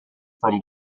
from